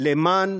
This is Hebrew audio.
למען